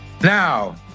Now